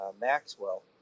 Maxwell